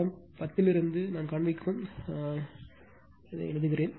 படம் 10 இலிருந்து நான் காண்பிக்கும் மற்றவர்களை எழுதுகிறேன்